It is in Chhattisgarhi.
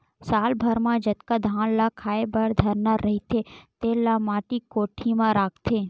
साल भर म जतका धान ल खाए बर धरना रहिथे तेन ल माटी कोठी म राखथे